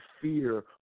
fear